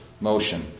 motion